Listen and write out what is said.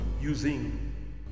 using